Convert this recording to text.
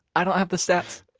i don't have the stats